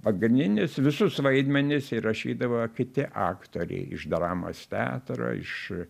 pagrindinius visus vaidmenis įrašydavo kiti aktoriai iš dramos teatro iš